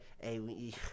hey